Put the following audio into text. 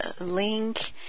link